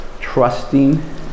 trusting